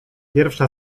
pierwsza